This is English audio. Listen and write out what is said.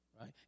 right